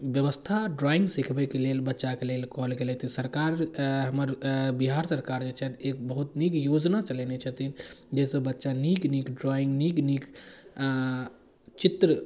बेबस्था ड्राइङ्ग सिखबैके लेल बच्चाके लेल कहल गेलै सरकार हमर बिहार सरकार जे छथि एक बहुत नीक योजना चलेने छथिन जाहिसँ बच्चा नीक नीक ड्राइङ्ग नीक नीक चित्र